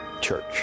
church